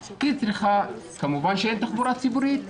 כמובן שאין תחבורה ציבורית,